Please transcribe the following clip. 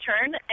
turn